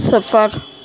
سفر